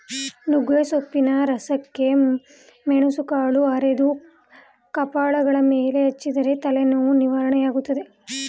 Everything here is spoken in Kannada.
ನುಗ್ಗೆಸೊಪ್ಪಿನ ರಸಕ್ಕೆ ಮೆಣಸುಕಾಳು ಅರೆದು ಕಪಾಲಗಲ ಮೇಲೆ ಹಚ್ಚಿದರೆ ತಲೆನೋವು ನಿವಾರಣೆಯಾಗ್ತದೆ